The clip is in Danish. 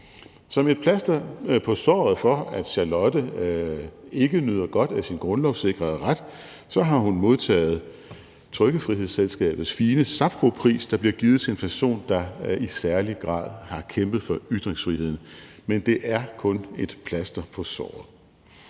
Som et plaster på såret for, at Charlotte ikke nyder godt af sin grundlovssikrede ret, har hun modtaget Trykkefrihedsselskabets fine Sapphopris, der bliver givet til en person, der i særlig grad har kæmpet for ytringsfriheden. Men det er kun et plaster på såret.